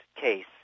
case